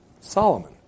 Solomon